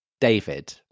David